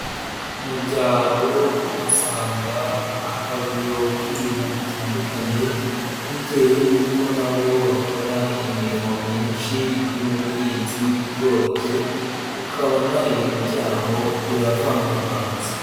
Mu byaro uhahasanga akavuyo k'ibintu bitandukanye bitewe n'uko na bo bakora imirimo myinshi irimo ubuhinzi, ubworozi, ukabona ibintu byaho biravangavanze.